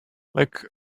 like